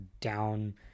down